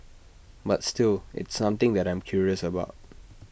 but still it's something that I am curious about